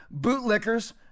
bootlickers